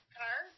car